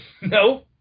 No